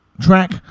track